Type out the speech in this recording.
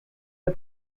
the